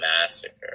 massacre